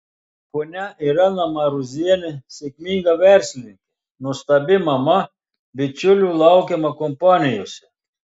ponia irena marozienė sėkminga verslininkė nuostabi mama bičiulių laukiama kompanijose